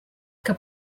que